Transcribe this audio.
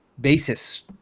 basis